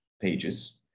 pages